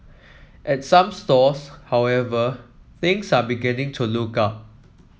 at some stores however things are beginning to look up